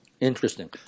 Interesting